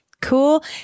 Cool